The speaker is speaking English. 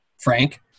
frank